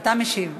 אתה משיב,